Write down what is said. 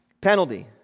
penalty